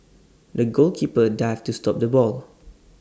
the goalkeeper dived to stop the ball